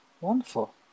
Wonderful